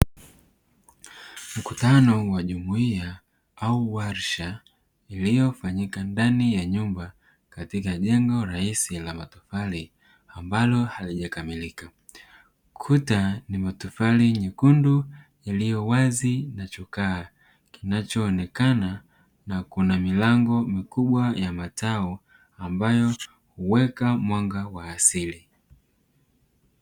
Mkutano wa jumuiya au warsha uliofanyika ndani ya nyumba katika jengo rahisi la matofali ambalo halijakamilika. Kuta ni matofali myekundu iliyo wazi na chokaa, kinachoonekana na kuna milango mikubwa ya matao ambayo huweka mwanga wa asili.